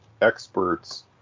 experts